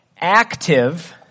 active